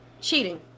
Cheating